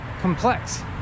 complex